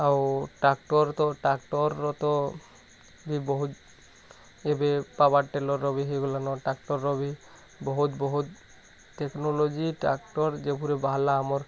ଆଉ ଟାକ୍ଟର୍ ତ ଟାକ୍ଟର୍ ର ତ ବି ବହୁତ୍ ଏବେ ପାୱାର୍ ଟିଲର୍ର ବି ହେଇଗଲାନ୍ ଟାକ୍ଟର୍ ର ବି ବହୁତ୍ ବହୁତ୍ ଟେକ୍ନୋଲୋଜି ଟାକ୍ଟର୍ ଯେଉଁପରି ବାହାରିଲା ଆମର୍